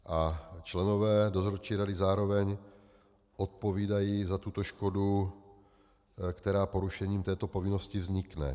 A členové dozorčí rady zároveň odpovídají za tuto škodu, která porušením této povinnosti vznikne.